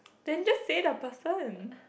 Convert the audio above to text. then just say the person